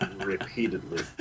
repeatedly